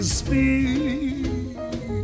speak